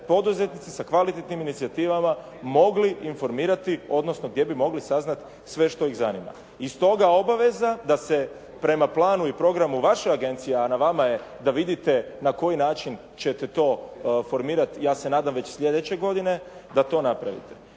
poduzetnici sa kvalitetnim inicijativama mogli informirati odnosno gdje bi mogli saznati sve što ih zanima. I stoga obaveza da se prema planu i programu vaše agencije a na vama je da vidite na koji način ćete to formirati, ja se nadam već slijedeće godine, da to napravite.